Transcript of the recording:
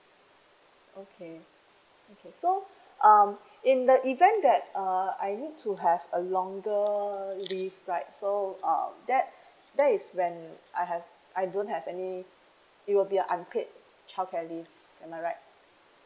okay okay so um in the event that uh I need to have a longer leave right so uh that's that is when I have I don't have any it will be a unpaid childcare leave am I right